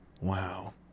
Wow